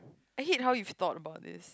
I hate how you thought about this